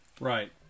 right